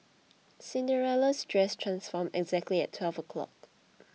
Cinderella's dress transformed exactly at twelve o'clock